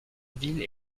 ville